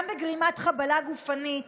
גם בגרימת חבלה גופנית